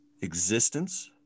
existence